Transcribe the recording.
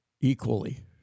equally